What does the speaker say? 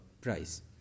price